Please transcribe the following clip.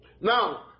Now